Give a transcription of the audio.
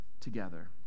together